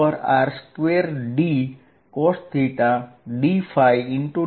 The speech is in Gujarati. dr લખી શકું જ્યા dr રેડિયલ દિશા સાથેનું અંતર છે